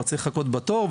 לא צריך לחכות בתור,